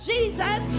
Jesus